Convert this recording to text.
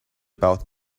about